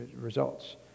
results